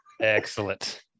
Excellent